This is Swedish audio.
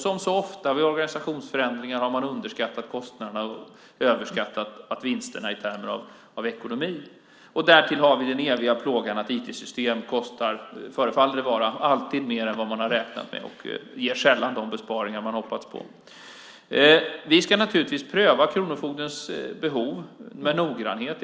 Som så ofta vid organisationsförändringar har man underskattat kostnaderna och överskattat vinsterna i termer av ekonomi. Därtill har vi den eviga plågan att IT-system alltid, förefaller det som, kostar mer än vad man har räknat med och sällan ger de besparingar som man har hoppats på. Vi ska naturligtvis pröva kronofogdens behov med noggrannhet.